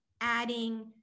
adding